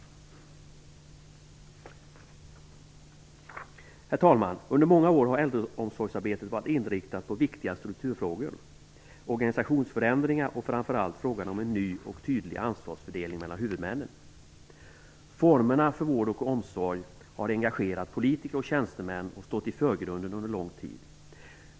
Herr talman! Under många år har äldreomsorgsarbetet varit inriktat på viktiga strukturfrågor. Det har gällt organisationsförändringar och - framför allt - frågan om en ny, tydlig ansvarsfördelning mellan huvudmännen. Formerna för vård och omsorg har engagerat politiker och tjänstemän. Frågan har stått i förgrunden under lång tid.